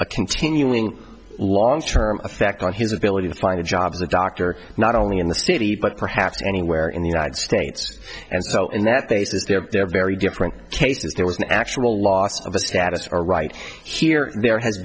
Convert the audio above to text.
a continuing long term effect on his ability to find a job as a doctor not only in the city but perhaps anywhere in the united states and so in that basis there are very different cases there was an actual loss of status or right here there has